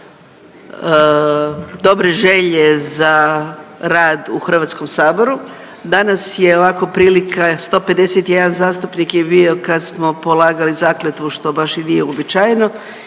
dobre želje za rad u Hrvatskom saboru. Danas je ovako prilika 151 zastupnik je bio kad smo polagali zakletvu što baš i nije uobičajeno